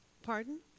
Pardon